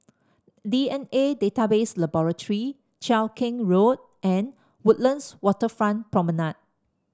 D N A Database Laboratory Cheow Keng Road and Woodlands Waterfront Promenade